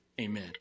amen